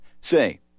Say